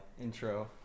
intro